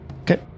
Okay